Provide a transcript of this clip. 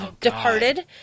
departed